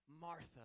Martha